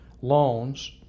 loans